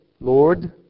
Lord